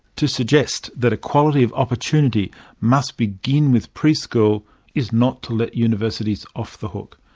to suggest that equality of opportunity must begin with preschool is not to let universities off the hook.